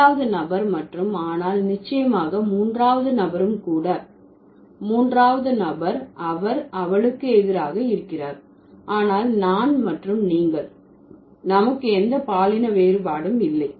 இரண்டாவது நபர் மற்றும் ஆனால் நிச்சயமாக மூன்றாவது நபரும் கூட மூன்றாவது நபர் அவர் அவளுக்கு எதிராக இருக்கிறார் ஆனால் நான் மற்றும் நீங்கள் நமக்கு எந்த பாலின வேறுபாடும் இல்லை